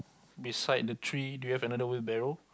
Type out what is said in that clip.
beside the tree do you have another wheelbarrow